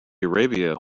arabia